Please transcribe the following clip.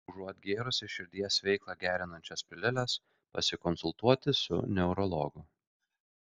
užuot gėrusi širdies veiklą gerinančias piliules pasikonsultuoti su neurologu